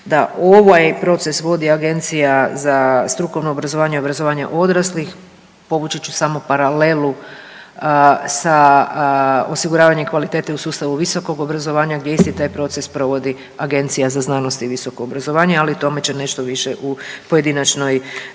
da ovaj proces vodi Agencija za strukovno obrazovanje i obrazovanje odraslih, povući ću samo paralelu sa osiguravanjem kvalitete u sustavu visokog obrazovanja gdje isti taj proces provodi Agencija za znanost i visoko obrazovanje, ali o tome će nešto više u pojedinačnoj,